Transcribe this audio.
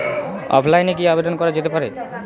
অফলাইনে কি আবেদন করা যেতে পারে?